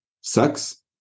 sucks